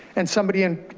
and somebody in,